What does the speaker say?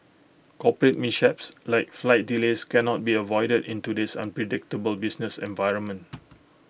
corporate mishaps like flight delays can not be avoided in today's unpredictable business environment